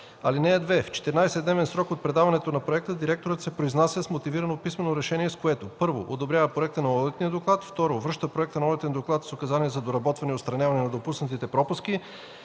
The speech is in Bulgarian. (2) В 14-дневен срок от предаването на проекта директорът се произнася с мотивирано писмено решение, с което: 1. одобрява проекта на одитния доклад; 2. връща проекта на одитен доклад с указания за доработване и отстраняване на допуснатите пропуски.